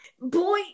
Boy